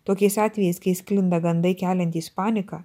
tokiais atvejais kai sklinda gandai keliantys paniką